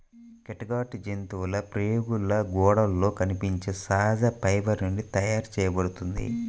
catgut జంతువుల ప్రేగుల గోడలలో కనిపించే సహజ ఫైబర్ నుండి తయారు చేయబడుతుంది